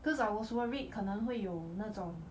cause I was worried 可能会有那种